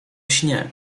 śnie